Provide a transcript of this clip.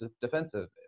defensive